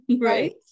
right